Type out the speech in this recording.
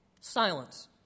silence